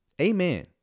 Amen